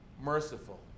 merciful